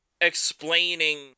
explaining